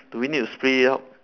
do we need to split it out